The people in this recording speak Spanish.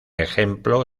ejemplo